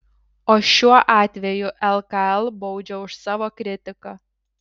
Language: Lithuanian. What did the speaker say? o šiuo atveju lkl baudžia už savo kritiką